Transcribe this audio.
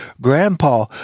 grandpa